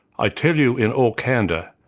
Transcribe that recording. i tell you in all candour,